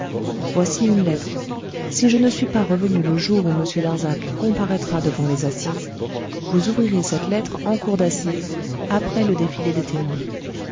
voici une lettre si je ne suis pas revenu le jour où m darzac comparaîtra devant les assises vous ouvrirez cette lettre en cour d'assises après le défilé des témoins